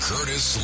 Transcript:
Curtis